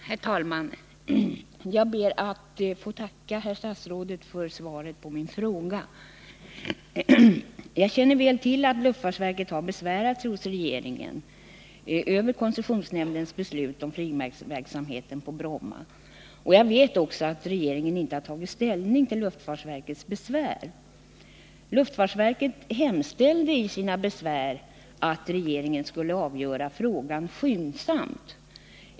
Herr talman! Jag ber att få tacka herr statsrådet för svaret på min fråga. Jag känner väl till att luftfartsverket har besvärat sig hos regeringen över koncessionsnämndens beslut om flygverksamheten på Bromma, och jag vet också att regeringen inte har tagit ställning till luftfartsverkets besvär. Luftfartsverket hemställde i sina besvär att regeringen skulle avgöra frågan skyndsamt.